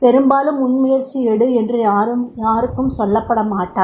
பெரும்பாலும் முன்முயற்சி எடு என்று யாருக்கும் சொல்லப்படமாட்டாது